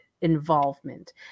involvement